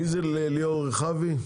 מי זה ליאור כוכבי?